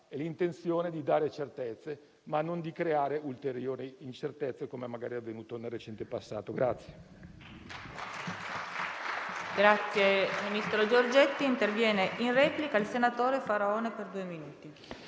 e l'intenzione di dare certezze e non di creare ulteriori incertezze, come magari avvenuto nel recente passato.